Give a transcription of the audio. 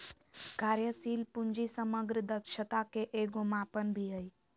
कार्यशील पूंजी समग्र दक्षता के एगो मापन भी हइ